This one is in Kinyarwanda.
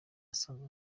asanzwe